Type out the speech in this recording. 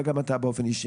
וגם אתה באופן אישי.